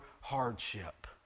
hardship